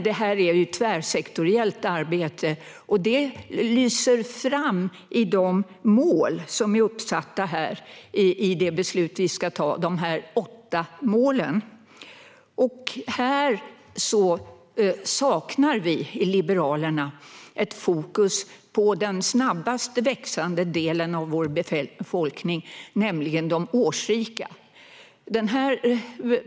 Detta är ett tvärsektoriellt arbete, vilket framgår i de åtta mål som är uppsatta i propositionen som vi ska fatta beslut om. Här saknar vi i Liberalerna ett fokus på den snabbast växande delen av vår befolkning, nämligen de årsrika.